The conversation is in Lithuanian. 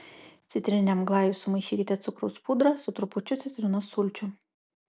citrininiam glajui sumaišykite cukraus pudrą su trupučiu citrinos sulčių